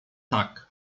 tak